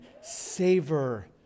savor